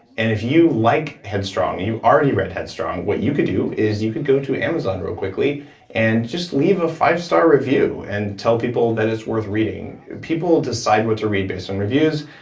and if you like headstrong, if you already read headstrong, what you could do is you could go to amazon real quickly and just leave a five star review and tell people that it's worth reading people decide what to read based on reviews.